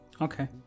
Okay